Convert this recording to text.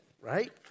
right